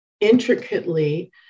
intricately